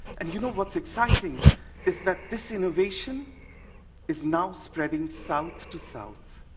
and you know what's exciting is that this innovation is now spreading south to south,